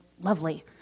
lovely